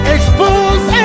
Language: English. Expose